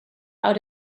out